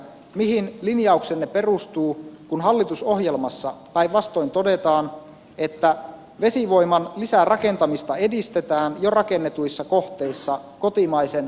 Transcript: mihin linjauksenne perustuu kun hallitusohjelmassa päinvastoin todetaan että vesivoiman lisärakentamista edistetään jo rakennetuissa kohteissa kotimaisen säätövoiman lisäämiseksi